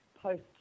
post